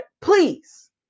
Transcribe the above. Please